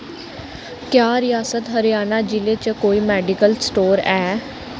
क्या रियासत हरयाणा जि'ले च कोई मैडिकल स्टोर ऐ